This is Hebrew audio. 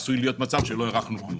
עשוי להיות מצב שלא הארכנו כלום.